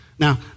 Now